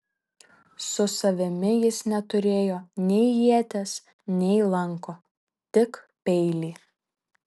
su savimi jis neturėjo nei ieties nei lanko tik peilį